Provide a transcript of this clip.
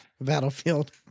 battlefield